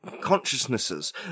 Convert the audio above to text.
consciousnesses